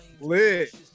lit